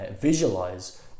visualize